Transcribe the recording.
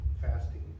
fasting